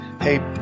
hey